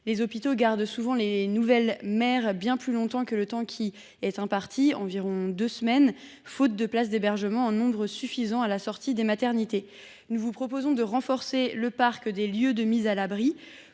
Les hôpitaux gardent souvent ces nouvelles mères bien plus longtemps que le temps habituellement prévu, environ deux semaines, faute de places d’hébergement en nombre suffisant à la sortie des maternités. Nous vous proposons donc de renforcer le parc des lieux de mise à l’abri